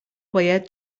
باید